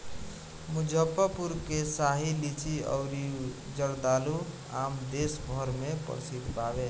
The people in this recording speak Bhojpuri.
मुजफ्फरपुर के शाही लीची अउरी जर्दालू आम देस भर में प्रसिद्ध बावे